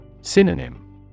Synonym